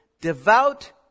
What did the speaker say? devout